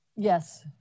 Yes